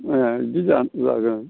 ए बिदि जागोन